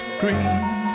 green